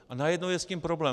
A najednou je s tím problém.